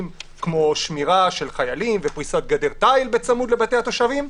כמו שמירה של חיילים ופריסת גדר תיל בצמוד לבתי התושבים,